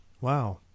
Wow